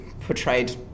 portrayed